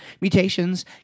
Mutations